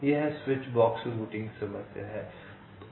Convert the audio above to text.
यह switch box routing समस्या है